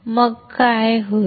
मग काय होईल